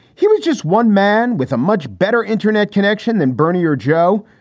he was just one man with a much better internet connection than bernie or joe.